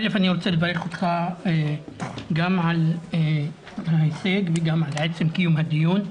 אני רוצה לברך אותך גם על ההישג וגם על עצם קיום הדיון.